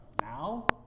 now